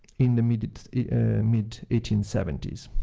in the mid mid eighteen seventy s.